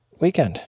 weekend